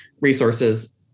resources